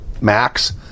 max